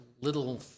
little